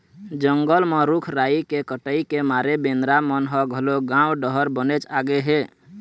जंगल म रूख राई के कटई के मारे बेंदरा मन ह घलोक गाँव डहर बनेच आगे हे